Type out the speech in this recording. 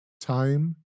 time